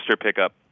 pickup